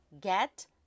get